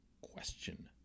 question